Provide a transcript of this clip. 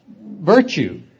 virtue